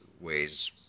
ways